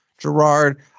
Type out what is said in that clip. Gerard